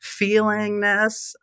feelingness